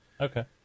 Okay